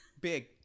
Big